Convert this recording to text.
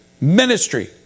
Ministry